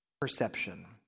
perception